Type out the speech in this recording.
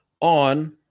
on